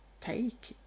take